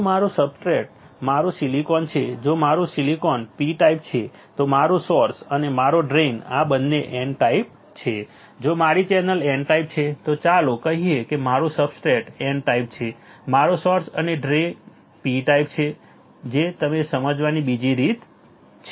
જો મારું સબસ્ટ્રેટ મારું સિલિકોન છે જો મારું સિલિકોન P ટાઈપ છે તો મારું સોર્સ અને મારું ડ્રેઇન આ બંને N ટાઈપ છે જો મારી ચેનલ N ટાઈપ છે તો ચાલો કહીએ કે મારો સબસ્ટ્રેટ N ટાઈપ છે મારો સોર્સ અને ડ્રેઇન P ટાઈપ છે જે તેને સમજવાની બીજી રીત છે